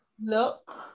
look